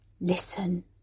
Listen